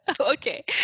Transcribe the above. Okay